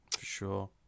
Sure